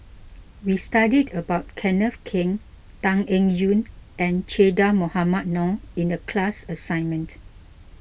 we studied about Kenneth Keng Tan Eng Yoon and Che Dah Mohamed Noor in the class assignment